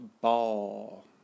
Ball